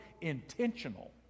intentional